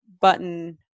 button